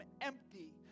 empty